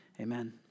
Amen